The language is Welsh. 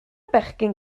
bechgyn